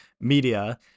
media